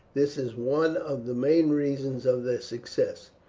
this is one of the main reasons of their success.